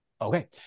Okay